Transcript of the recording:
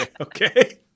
Okay